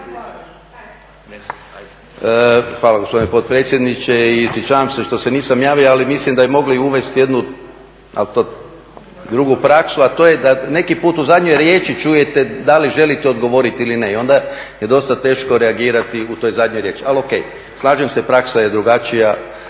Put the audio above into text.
Hvala gospodine potpredsjedniče. Ispričavam se što se nisam javio, ali mislim da bi mogli uvest jednu drugu praksu, a to je da neki put u zadnjoj riječi čujete da li želite odgovoriti ili ne i onda je dosta teško reagirati u toj zadnjoj riječi, ali ok. Slažem se, praksa je drugačija